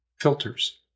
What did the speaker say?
filters